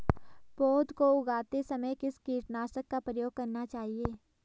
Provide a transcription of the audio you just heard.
पौध को उगाते समय किस कीटनाशक का प्रयोग करना चाहिये?